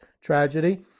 tragedy